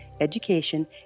education